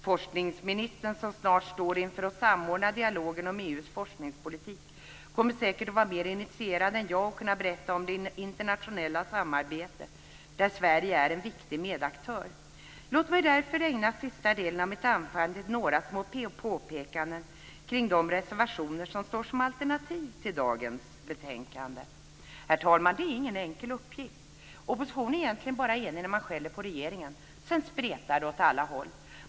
Forskningsministern, som snart står inför att samordna dialogen om EU:s forskningspolitik, kommer säkert mer initierat än jag att kunna berätta om det internationella samarbete där Sverige är en viktig medaktör. Låt mig därför ägna sista delen av mitt anförande till några små påpekanden kring de reservationer som står som alternativ till dagens betänkande. Det är ingen enkel uppgift, herr talman. Oppositionen är egentligen bara enig när den skäller på regeringen. Sedan spretar det åt alla håll.